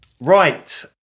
Right